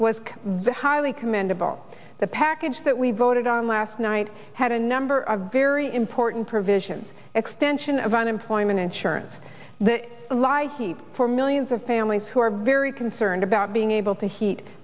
very highly commendable the package that we voted on last night had a number of very important provisions extension of unemployment insurance that like eat for millions of families who are very concerned about being able to heat